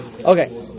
Okay